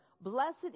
Blessed